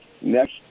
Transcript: next